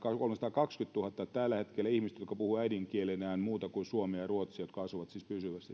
kai kolmesataakaksikymmentätuhatta ihmistä jotka puhuvat äidinkielenään muuta kuin suomea tai ruotsia jotka asuvat siis pysyvästi täällä eli